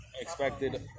expected